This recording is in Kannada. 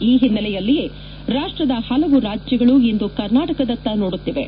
ಈ ಹಿನ್ನೆಲೆಯಲ್ಲಿಯೇ ರಾಷ್ಟದ ಪಲವು ರಾಜ್ಯಗಳು ಇಂದು ಕರ್ನಾಟಕದತ್ತ ನೋಡುತ್ತಿವೆ